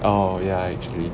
oh yeah actually